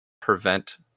prevent